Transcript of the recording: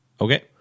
Okay